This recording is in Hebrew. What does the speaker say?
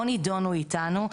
לא נידונו איתנו.